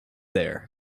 there